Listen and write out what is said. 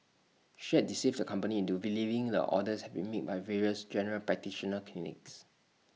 she had deceived the company into believing the orders had been made by various general practitioner clinics